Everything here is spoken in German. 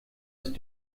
ist